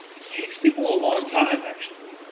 it takes people a long time, actually.